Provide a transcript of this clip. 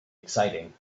exciting